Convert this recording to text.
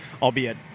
albeit